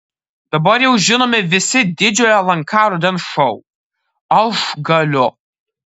dabar jau žinomi visi didžiojo lnk rudens šou aš galiu